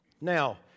Now